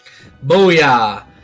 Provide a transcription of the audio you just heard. Booyah